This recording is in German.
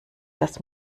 das